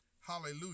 Hallelujah